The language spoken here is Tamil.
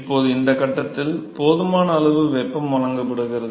இப்போது இந்த கட்டத்தில் போதுமான அளவு வெப்பம் வழங்கப்படுகிறது